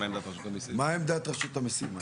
מה עמדת רשות המיסים?